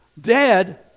Dad